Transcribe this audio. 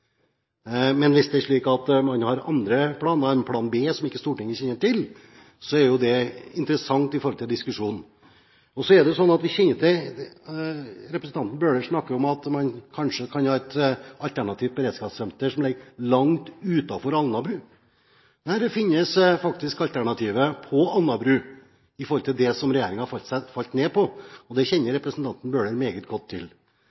Men hvis det er slik at man har andre planer – en plan B som ikke Stortinget kjenner til – så er det interessant med tanke på diskusjonen. Representanten Bøhler snakker om at man kanskje kan ha et alternativt beredskapssenter som ligger langt utenfor Alnabru. Nei, det finnes faktisk alternativer på Alnabru til det som regjeringen falt ned på, og det kjenner representanten Bøhler meget godt til.